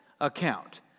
account